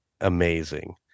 amazing